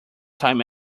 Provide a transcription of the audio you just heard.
time